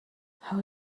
how